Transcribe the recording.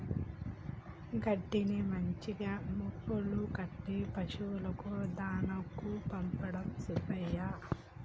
గడ్డిని మంచిగా మోపులు కట్టి పశువులకు దాణాకు పంపిండు సుబ్బయ్య